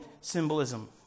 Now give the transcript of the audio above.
symbolism